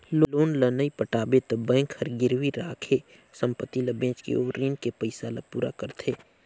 loan ल नइ पटाबे त बेंक हर गिरवी राखे संपति ल बेचके ओ रीन के पइसा ल पूरा करथे